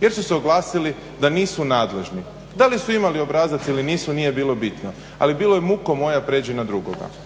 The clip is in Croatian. jer su se oglasili da nisu nadležni, da li su imali obrazac ili nisu nije bilo bitno, ali je bilo muko moja, prijeđi na drugoga.